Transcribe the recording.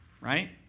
Right